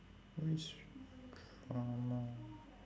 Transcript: which drama